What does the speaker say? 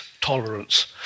tolerance